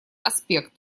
аспект